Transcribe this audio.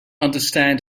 understand